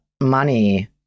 money